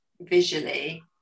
visually